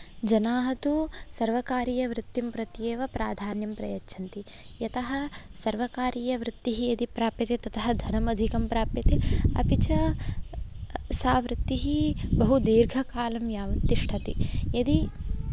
जनाः तु सर्वकारीयवृत्तिं प्रति एव प्राधान्यं प्रयच्छन्ति यतः सर्वकारीयवृत्तिः यदि प्राप्यते ततः धनम् अधिकं प्राप्यते अपि च सा वृत्तिः बहुदीर्घकालं यावत् तिष्ठति यदि